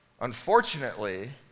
unfortunately